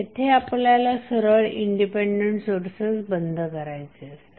येथे आपल्याला सरळ इंडिपेंडेंट सोर्सेस बंद करायचे असतात